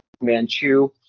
Manchu